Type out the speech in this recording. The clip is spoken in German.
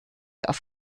auf